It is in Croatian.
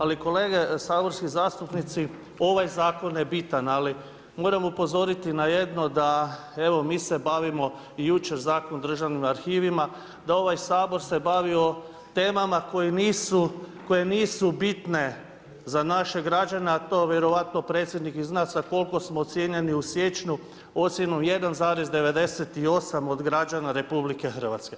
Ali, kolege saborski zastupnici, ovaj zakon je bitan, ali moramo upozoriti na jedno, evo mi se bavimo i jučer Zakon o državnim arhivima, da ovaj Sabor se bavio temama koje nisu bitne za naše građane, a to vjerojatno predsjednik zna, sa koliko smo ocjenjeni u siječnju, ocjenom 1,98 od građana RH.